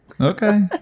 okay